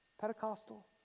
Pentecostal